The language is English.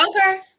Okay